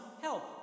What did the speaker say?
Help